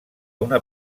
una